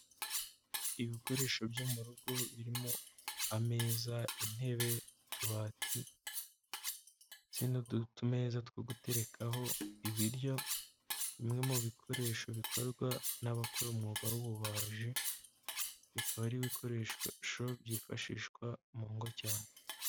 Ibikoresho byo mu rugo birimo ameza, intebe, utubati n'utumeza two guterekaho ibiryo, bimwe mu bikoresho bikorwa n'abakora umwuga w'ububaji bikaba ari ibikoreshosho byifashishwa mu ngo cyane.